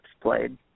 played